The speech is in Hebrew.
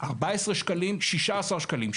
14 שקלים, 16 שקלים.